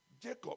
Jacob